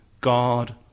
God